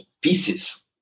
pieces